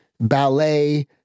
Ballet